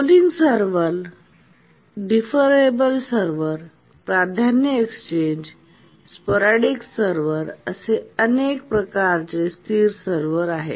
polling server deferrable server प्राधान्य exchange आणि sporadic server असे अनेक प्रकारचे स्थिर सर्व्हर आहेत